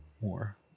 more